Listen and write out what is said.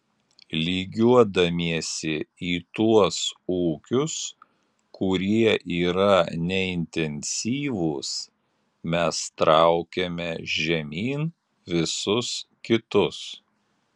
lygiuodamiesi į tuos ūkius kurie yra neintensyvūs mes traukiame žemyn visus kitus